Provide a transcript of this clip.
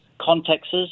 contexts